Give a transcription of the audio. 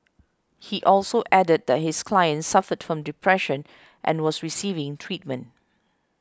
he also added that his client suffered from depression and was receiving treatment